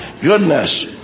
goodness